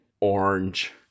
orange